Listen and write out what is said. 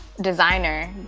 Designer